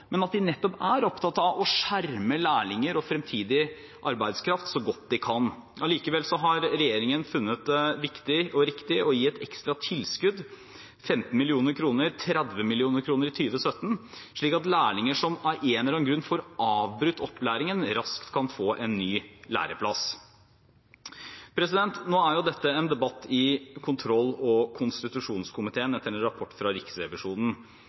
og på Vestlandet. Allikevel har regjeringen funnet det viktig og riktig å gi et ekstra tilskudd – 15 mill. kr, 30 mill. kr i 2017 – slik at lærlinger som av en eller annen grunn får avbrutt opplæringen, raskt kan få en ny læreplass. Nå er jo dette en debatt i kontroll- og konstitusjonskomiteen, etter en rapport fra Riksrevisjonen.